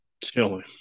killing